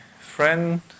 friend